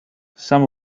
some